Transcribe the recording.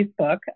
Facebook